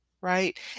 right